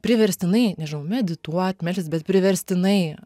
priverstinai nežinau medituot melstis bet priverstinai